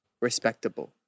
Respectable